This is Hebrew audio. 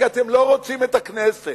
כי אתם לא רוצים את הכנסת.